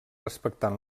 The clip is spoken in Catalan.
respectant